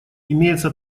имеется